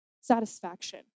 satisfaction